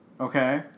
Okay